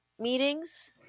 meetings